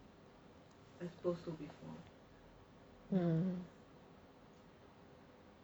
hmm